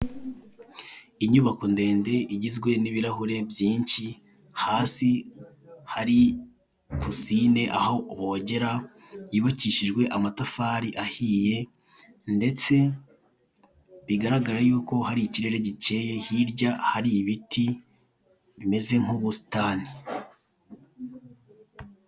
Inyubako ndende igizwe n'ibirahure byinshi hasi hari pisine aho bogera yubakishije amatafari ahiye ndetse bigaragara yuko hari ikirere gikeye hirya hari ibiti bimeze nk'ubusitani.